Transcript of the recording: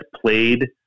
played